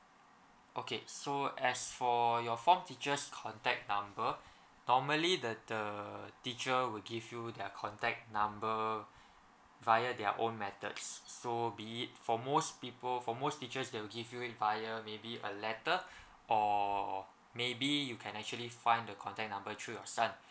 okay so as for your form teacher's contact number normally the the teacher will give you their contact number via their own methods so be it for most people for most teachers they'll give you via maybe a letter or maybe you can actually find the contact number through your son